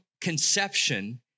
conception